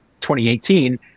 2018